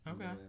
Okay